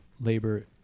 labor